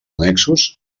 annexos